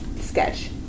sketch